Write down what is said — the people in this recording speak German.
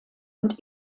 und